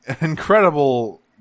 incredible